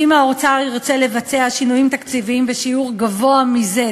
שאם האוצר ירצה לבצע שינויים תקציביים בשיעור גבוה מזה,